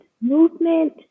movement